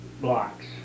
blocks